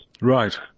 Right